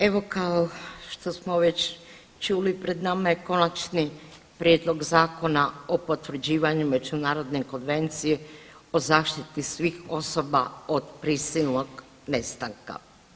Evo kao što smo već čuli pred nama je Konačni prijedlog zakona o potvrđivanju Međunarodne konvencije o zaštiti svih osoba od prisilnog nestanka.